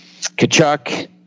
Kachuk